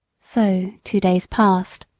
so two days passed,